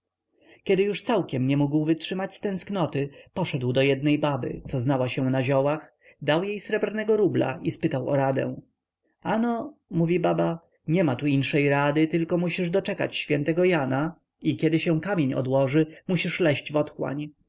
kiedy już całkiem nie mógł wytrzymać z tęskności poszedł do jednej baby co znała się na ziołach dał jej srebrnego rubla i spytał o radę a no mówi baba niema tu inszej rady tylo musisz doczekać świętego jana i kiedy się kamień odłoży musisz leźć w otchłań